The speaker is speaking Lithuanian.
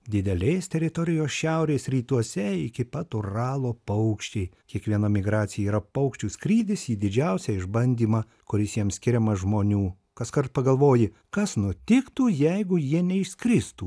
didelės teritorijos šiaurės rytuose iki pat uralo paukščiai kiekviena migracija yra paukščių skrydis į didžiausią išbandymą kuris jam skiriamas žmonių kaskart pagalvoji kas nutiktų jeigu jie neišskristų